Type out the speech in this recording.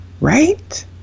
right